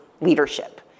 leadership